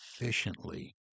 efficiently